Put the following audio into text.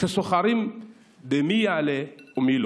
שסוחרים במי יעלה ומי לא.